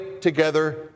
together